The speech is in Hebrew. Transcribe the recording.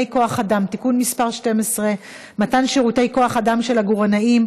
כוח אדם (תיקון מס' 12) (מתן שירותי כוח אדם של עגורנאים),